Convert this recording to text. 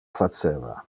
faceva